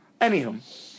Anywho